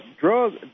drugs